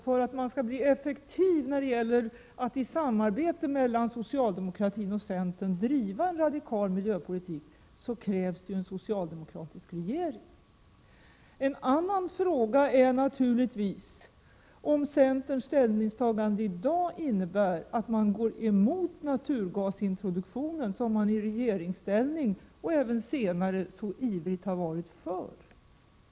För att man skall bli effektiv när det gäller att i samarbete mellan socialdemokratin och centern driva en radikal miljöpolitik krävs det en socialdemokratisk regering. En annan fråga är naturligtvis om centerns ställningstagande i dag innebär att man går emot naturgasintroduktionen, som man i regeringsställning och även senare så ivrigt har varit för.